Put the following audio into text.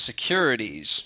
securities